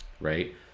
right